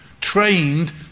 trained